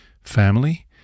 family